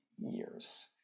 years